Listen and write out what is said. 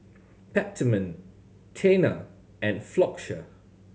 Peptamen Tena and Floxia